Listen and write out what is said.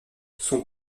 son